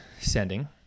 sending